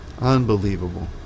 Unbelievable